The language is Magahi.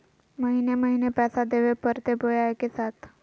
महीने महीने पैसा देवे परते बोया एके साथ?